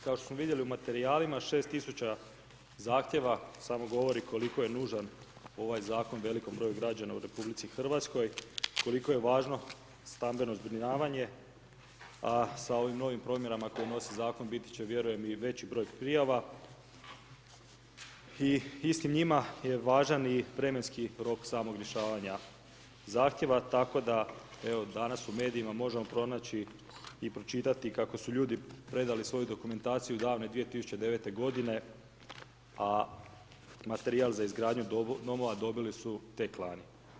Kao što smo vidjeli u materijalima, 6000 zahtjeva samo govori koliko je nužan ovaj zakon velikom broju građana u RH, koliko je važno stambeno zbrinjavanje, a sa ovim novim promjenama koje donosi zakon biti će vjerujem i veći broj prijava i istim njima je važan i vremenski rok samog rješavanja zahtjeva tako da evo danas u medijima možemo pronaći i pročitati kako su ljudi predali svoju dokumentaciju davne 2009. godine, a materijal za izgradnju domove dobili su tek lani.